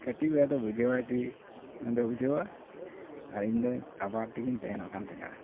ᱠᱟᱹᱴᱤᱡ ᱵᱚᱭᱦᱟᱫᱚ ᱵᱩᱡᱷᱟᱹᱣᱟᱭ ᱛᱮᱜᱮ ᱩᱱᱤᱫᱚᱭ ᱵᱩᱡᱷᱟᱹᱣᱟ ᱟᱨ ᱤᱧᱫᱚ ᱟᱵᱟᱲ ᱛᱮᱜᱮᱧ ᱛᱮᱦᱮᱱᱚᱜ ᱠᱟᱱ ᱛᱮᱦᱮᱸᱡᱼᱟ